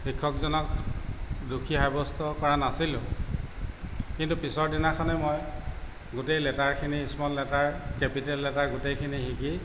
শিক্ষকজনক দোষী সাব্য়স্ত কৰা নাছিলোঁ কিন্তু পিছৰ দিনাখনেই মই গোটেই লেটাৰখিনি স্মল লেটাৰ কেপিটেল লেটাৰ গোটেইখিনি শিকি